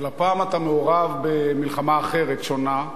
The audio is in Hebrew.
אבל הפעם אתה מעורב במלחמה אחרת, שונה,